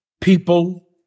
People